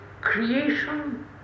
creation